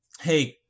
Hey